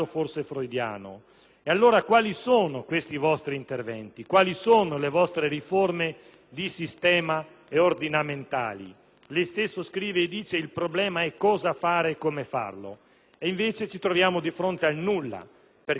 Allora, quali sono questi vostri interventi? Quali sono le vostre riforme di sistema e ordinamentali? Lei stesso scrive e dice: «Il problema è cosa fare e come farlo»; invece, ci troviamo di fronte al nulla, perché nulla ci dite.